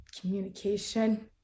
Communication